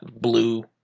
blue